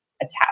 attached